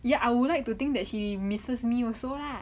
ya I would like to think that she misses me also lah